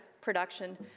production